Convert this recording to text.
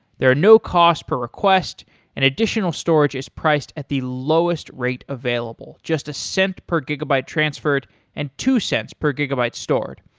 there are no cost per request and additional storage is priced at the lowest rate available just a cent per gigabyte transferred and two cents per gigabyte stored.